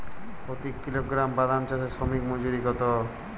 প্রতি কিলোগ্রাম বাদাম চাষে শ্রমিক মজুরি কত?